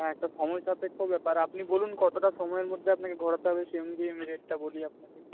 হ্যাঁ এটা সময়সাপেক্ষ ব্যাপার আপনি বলুন কতটা সময়ের মধ্যে আপনাকে ঘোরাতে হবে সেই অনুযায়ী আমি রেটটা বলি আপনাকে